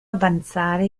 avanzare